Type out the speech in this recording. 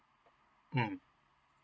mm